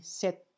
set